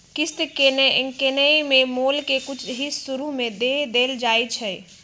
किस्त किनेए में मोल के कुछ हिस शुरू में दे देल जाइ छइ